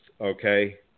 Okay